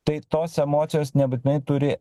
tai tos emocijos nebūtinai turi